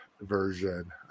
version